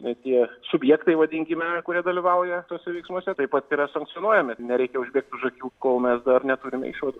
na tie subjektai vadinkime kurie dalyvauja tuose veiksmuose taip pat yra sankcionuojami nereikia užbėgt už akių kol mes dar neturime išvadų